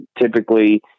typically